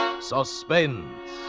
suspense